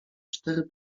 cztery